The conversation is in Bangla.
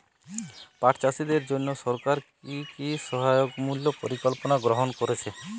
পাট চাষীদের জন্য সরকার কি কি সহায়তামূলক পরিকল্পনা গ্রহণ করেছে?